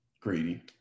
greedy